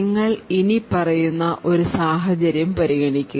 നിങ്ങൾ ഇനി പറയുന്ന ഒരു സാഹചര്യം പരിഗണിക്കുക